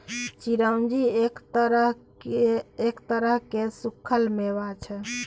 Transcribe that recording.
चिरौंजी एक तरह केर सुक्खल मेबा छै